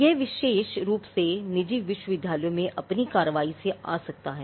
यह विशेष रूप से निजी विश्वविद्यालयों में अपनी कार्रवाई से आ सकता है